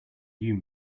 you